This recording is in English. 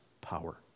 power